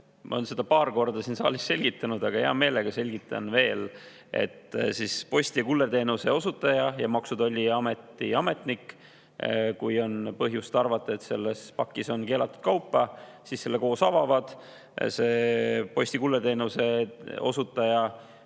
Ma olen seda paar korda siin saalis selgitanud, aga hea meelega selgitan veel. Posti- ja kullerteenuse osutaja ning Maksu- ja Tolliameti ametnik, kui on põhjust arvata, et pakis on keelatud kaupa, selle koos avavad. Posti kullerteenuse osutaja